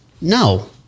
no